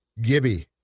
Gibby